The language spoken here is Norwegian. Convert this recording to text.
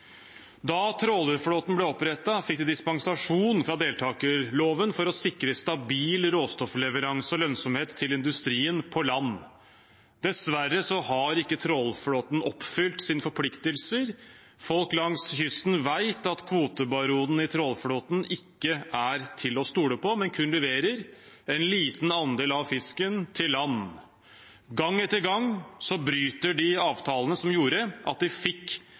Da trålerflåten ble opprettet, fikk de dispensasjon fra deltakerloven for å sikre stabil råstoffleveranse og lønnsomhet til industrien på land. Dessverre har ikke trålerflåten oppfylt sine forpliktelser. Folk langs kysten vet at kvotebaronene i trålerflåten ikke er til å stole på, men leverer kun en liten andel av fisken til land. Gang etter gang bryter de avtalene som gjorde at de fikk